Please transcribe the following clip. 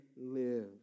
live